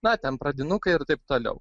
na ten pradinukai ir taip toliau